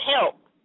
help